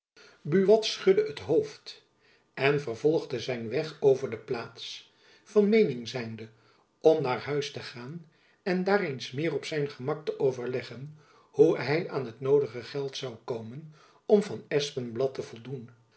buat schudde het hoofd en vervolgde zijn weg over de plaats van meening zijnde om naar huis te gaan en daar eens meer op zijn gemak te overleggen hoe hy aan het noodige geld zoû komen om van espenblad te voldoen